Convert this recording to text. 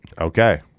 Okay